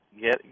get